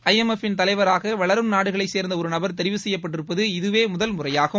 ஐ M F ன் தலைவராக வளரும் நாடுகளைச் சேர்ந்த ஒருநபர் தெரிவு செய்யப்பட்டிருப்பது இதுவே முதல் முறையாகும்